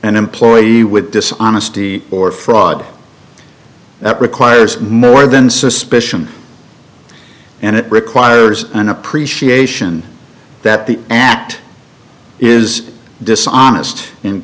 an employee with dishonesty or fraud that requires more than suspicion and it requires an appreciation that the act is dishonest